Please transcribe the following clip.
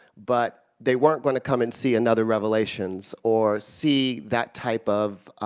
but they weren't going to come and see another revelations or see that type of